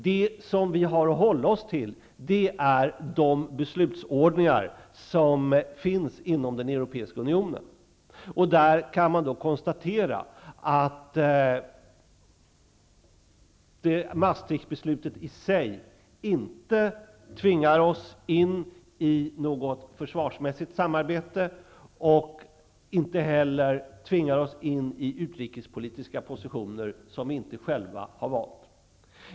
Det vi har att hålla oss till är de beslutsordningar som finns inom den europeiska unionen. Man kan då konstatera att Maastrichtbeslutet i sig inte tvingar oss in i något försvarsmässigt samarbete och inte heller tvingar oss in i utrikespolitiska positioner som vi inte själva har valt.